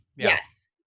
Yes